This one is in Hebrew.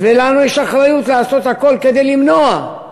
ולנו יש אחריות לעשות הכול כדי למנוע,